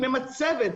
היא ממצבת.